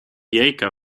jajka